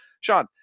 sean